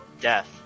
Death